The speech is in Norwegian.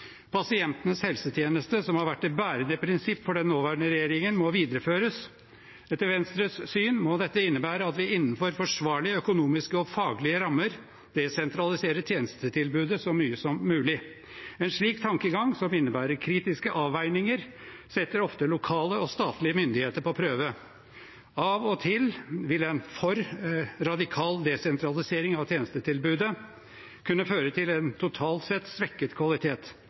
helsetjeneste, som har vært det bærende prinsipp for den nåværende regjeringen, må videreføres. Etter Venstres syn må dette innebære at vi innenfor forsvarlige økonomiske og faglige rammer desentraliserer tjenestetilbudet så mye som mulig. En slik tankegang, som innebærer kritiske avveininger, setter ofte lokale og statlige myndigheter på prøve. Av og til vil en for radikal desentralisering av tjenestetilbudet kunne føre til en totalt sett svekket kvalitet.